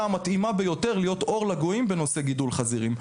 המתאימה ביותר להיות אור לגויים בנושא גידול חזירים.